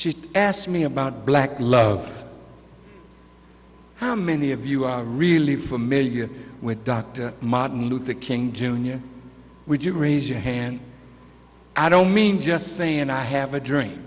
she asked me about black love how many of you are really familiar with dr martin luther king jr would you raise your hand i don't mean just saying i have a dream